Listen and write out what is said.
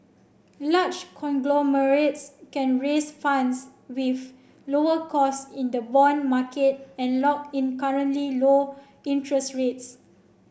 large conglomerates can raise funds with lower cost in the bond market and lock in currently low interest rates